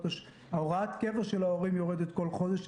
הוראת הקבע של ההורים יורדת כל חודש.